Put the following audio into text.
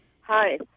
Hi